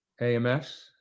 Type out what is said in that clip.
AMS